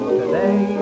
today